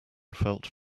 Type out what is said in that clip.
felt